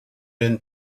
been